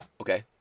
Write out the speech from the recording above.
okay